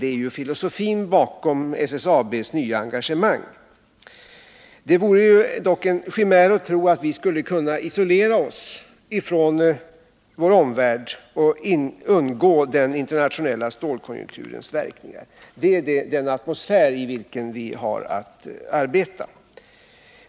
Det är filosofin bakom SSAB:s nya engagemang. Det vore dock en chimär att tro att vi skulle kunna isolera oss från vår omvärld och undgå den internationella stålkonjunkturens verkningar. Det är den atmosfär i vilken vi har att arbeta.